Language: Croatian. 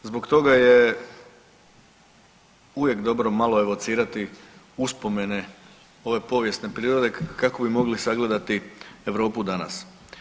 Zbog toga je uvijek dobro malo evocirati uspomene ove povijesne prirode kako bi mogli sagledati Europu danas.